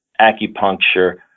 acupuncture